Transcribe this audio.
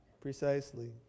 Precisely